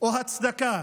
או הצדקה.